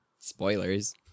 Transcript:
spoilers